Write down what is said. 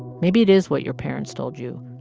maybe it is what your parents told you.